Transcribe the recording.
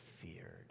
feared